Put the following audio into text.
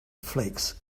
flakes